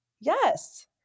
Yes